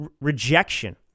rejection